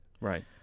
Right